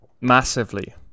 Massively